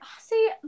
see